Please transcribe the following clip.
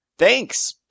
Thanks